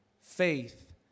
faith